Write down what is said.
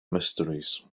mysteries